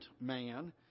man